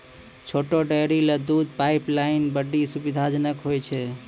छोटो डेयरी ल दूध पाइपलाइन बड्डी सुविधाजनक होय छै